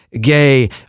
gay